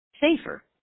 safer